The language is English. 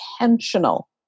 intentional